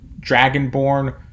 dragonborn